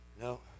No